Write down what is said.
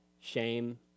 shame